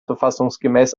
verfassungsgemäß